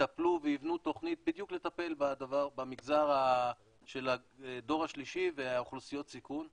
יטפלו ויבנו תוכנית בדיוק לטפל במגזר של הדור השלישי ואוכלוסיות סיכון.